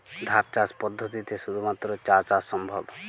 ধাপ চাষ পদ্ধতিতে শুধুমাত্র চা চাষ সম্ভব?